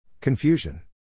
Confusion